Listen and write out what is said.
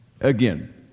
again